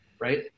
right